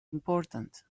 important